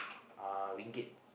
uh ringgit